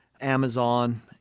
Amazon